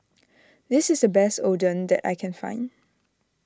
this is the best Oden that I can find